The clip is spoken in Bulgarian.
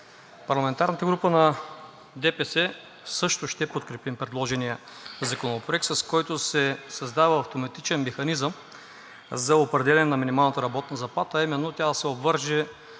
парламентарната група на ДПС също ще подкрепим предложения законопроект, с който се създава автоматичен механизъм за определяне на минималната работна заплата,